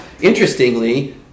interestingly